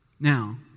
Now